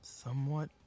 Somewhat